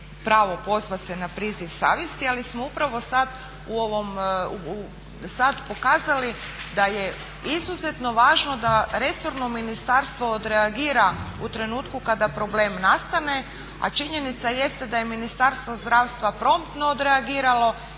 pravo pozvati se na priziv savjesti. Ali smo upravo sada u ovom, sada pokazali da je izuzetno važno da resorno ministarstvo odreagira u trenutku kada problem nastane. A činjenica jeste da je Ministarstvo zdravstva promptno odreagiralo